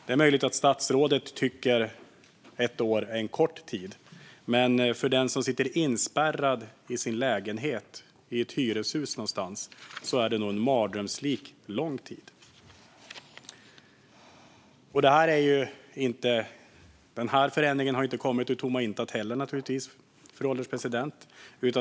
Det är möjligt att statsrådet tycker att ett år är kort tid. Men för den som sitter inspärrad i sin lägenhet i ett hyreshus någonstans är det nog en mardrömslikt lång tid. Förändringen har inte heller kommit ur tomma intet, fru ålderspresident.